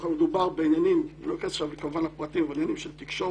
מאחר שמדובר בעניינים אני לא אכנס עכשיו כמובן לפרטים של תקשורת,